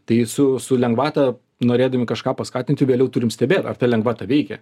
tai su su lengvata norėdami kažką paskatinti vėliau turim stebėt ar ta lengvata veikia